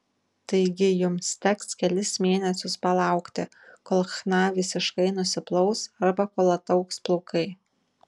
taigi jums teks kelis mėnesius palaukti kol chna visiškai nusiplaus arba kol ataugs plaukai